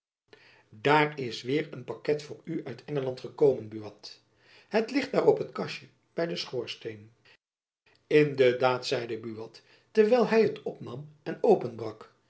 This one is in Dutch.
daar is weêr een paket voor u uit engeland gekomen buat het ligt daar op het kastjen by den schoorsteen in de daad zeide buat terwijl hy het opnam en openbrak